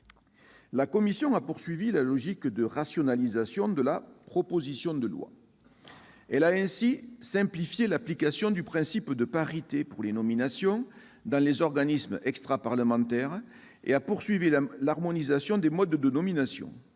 La commission des lois a prolongé la logique de rationalisation de cette proposition. Ainsi, elle a simplifié l'application du principe de parité pour les nominations dans les organismes extraparlementaires et poursuivi l'harmonisation des modes de nomination.